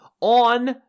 on